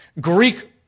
Greek